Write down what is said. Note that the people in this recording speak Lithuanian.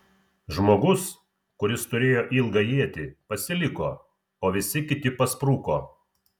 žmogus kuris turėjo ilgą ietį pasiliko o visi kiti paspruko